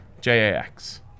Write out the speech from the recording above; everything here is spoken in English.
j-a-x